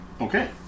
Okay